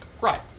Right